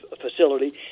facility